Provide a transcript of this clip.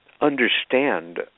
understand